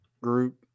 group